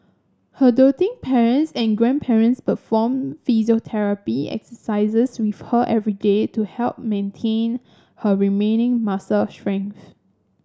her doting parents and grandparents perform physiotherapy exercises with her every day to help maintain her remaining muscle strength